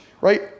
right